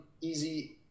easy